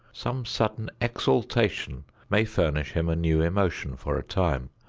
some sudden exaltation may furnish him a new emotion for a time,